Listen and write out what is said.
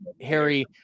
Harry